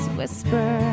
whisper